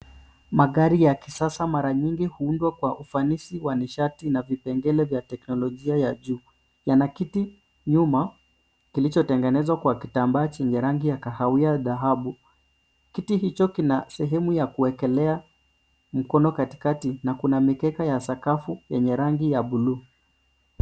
Magari ya kisasa mara nyingi huundwa kwa ufanisi wa nishati na vipengele vya teknolojia ya juu. Yana kiti nyuma kilichotengenezwa kwa kitambaa chenye rangi ya kahawia dhahabu . Kiti hicho kina sehemu ya kuwekelea mkono katikati na kuna mikeka ya sakafu yenye rangi ya buluu.